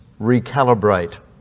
recalibrate